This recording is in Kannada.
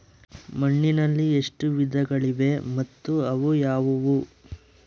ಮಣ್ಣಿನಲ್ಲಿ ಎಷ್ಟು ವಿಧಗಳಿವೆ ಮತ್ತು ಅವು ಯಾವುವು?